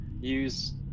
Use